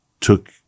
took